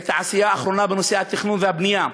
את העשייה האחרונה בנושא התכנון והבנייה: